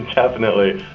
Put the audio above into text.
definitely